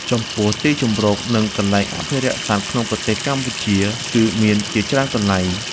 ចំពោះ ទីជម្រក និងកន្លែងអភិរក្សសត្វក្នុងប្រទេសកម្ពុជា គឺមានជាច្រើនកន្លែង។